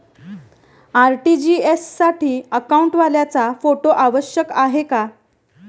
RTGS साठी अकाउंटवाल्याचा photo आवश्यक आहे का?